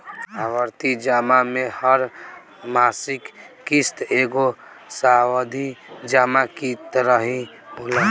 आवर्ती जमा में हर मासिक किश्त एगो सावधि जमा की तरही होला